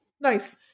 Nice